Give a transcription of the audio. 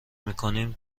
میکنیم